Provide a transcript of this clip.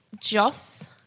Joss